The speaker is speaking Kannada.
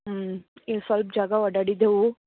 ಹ್ಞೂ ಇಲ್ಲಿ ಸಲ್ಪ ಜಾಗ ಓಡಾಡಿದೇವೆ